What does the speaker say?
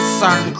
sun